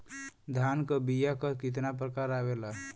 धान क बीया क कितना प्रकार आवेला?